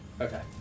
Okay